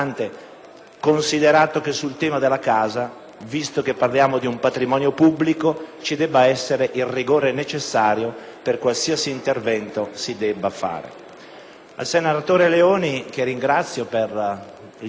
visto che parliamo di un patrimonio pubblico, ci deve essere il rigore necessario per qualsiasi intervento si debba adottare. Al senatore Leoni, che ringrazio per il colorito intervento, ricordo che, pur abitando anch'io nella Pianura Padana,